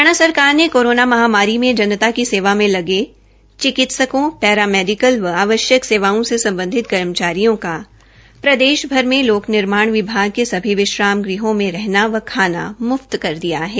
हरियाणा सराकर ने कोरोना महामारी मे जनता की सेवा में लगे डॉक्टरों पैरामेडिकल व आवश्यक सेवाओं से सम्बधित कर्मचारियों का प्रदेश भर में लोक निर्माण विभाग के सभी विश्राम गृहों मे रहना व खाना म्फ्त कर दिया है